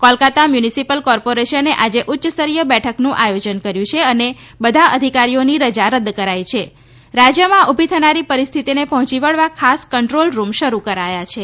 Kolkata municipal કોર્પોરેશને આજે ઉચ્ય સ્તરીય બેઠકનું આયોજન કર્યું છે બધા અધિકારીઓની રજા રદ કરાઈ છે અને રાજ્યમાં ઊભી થવાનીપરિસ્થિતિને પહોંચી વળવા ખાસ કન્દ્રોલરૂમ શરૂ કરાયા છિ